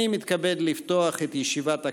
אני מתכבד לפתוח את ישיבת הכנסת.